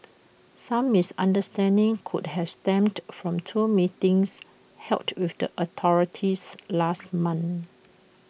some misunderstanding could have stemmed from two meetings held with the authorities last month